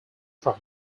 from